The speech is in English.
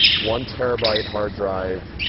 one terabyte hard drive,